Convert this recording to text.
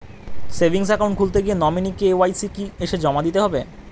Savings account খুলতে গিয়ে nominee KYC কি এসে জমা দিতে হবে?